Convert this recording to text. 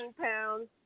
pounds